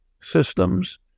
systems